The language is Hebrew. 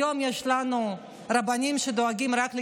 היום יש לנו רבנים שדואגים רק לכיסאות,